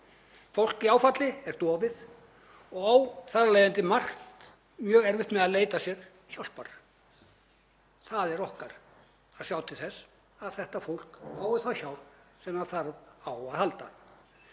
Fólk í áfalli er dofið og á þar af leiðandi margt mjög erfitt með að leita sér hjálpar. Það er okkar að sjá til þess að þetta fólk fái þá hjálp sem það þarf á að halda.